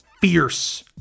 Fierce